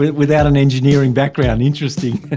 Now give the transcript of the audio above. without an engineering background. interesting.